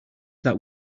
that